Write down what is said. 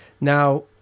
Now